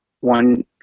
one